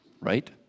right